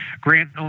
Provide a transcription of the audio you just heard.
Grant